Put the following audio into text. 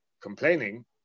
complaining